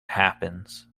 happens